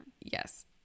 Yes